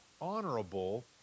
honorable